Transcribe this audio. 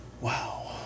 Wow